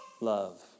love